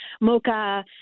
Mocha